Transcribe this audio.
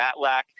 Matlack